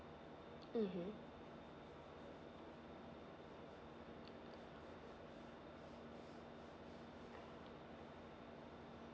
mmhmm